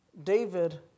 David